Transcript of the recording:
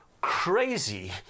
crazy